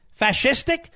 fascistic